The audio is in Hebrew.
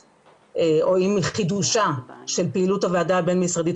עם חידושה של פעילות הוועדה הבין משרדית,